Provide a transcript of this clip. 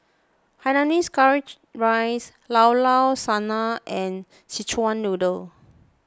Hainanese Curry Rice Llao Llao Sanum and Szechuan Noodle